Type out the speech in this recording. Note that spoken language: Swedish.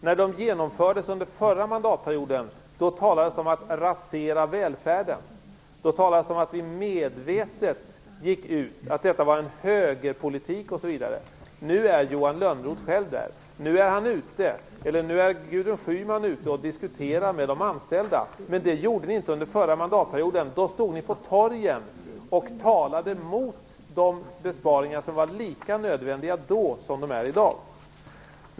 När de genomfördes under förra mandatperioden talade ni om att välfärden raserades, att detta var en medveten högerpolitik osv. Nu är Johan Lönnroth själv där, och Gudrun Schyman är ute och diskuterar med de anställda. Det gjorde ni inte under den förra mandatperioden. Då stod ni på torgen och talade mot de besparingar som var lika nödvändiga då som de är i dag.